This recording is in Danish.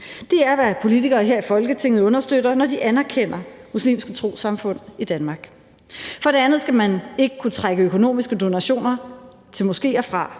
Det er, hvad politikere her i Folketinget understøtter, når de anerkender muslimske trossamfund i Danmark. For det andet skal man ikke kunne trække økonomiske donationer til moskéer fra